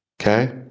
Okay